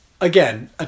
Again